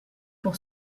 pour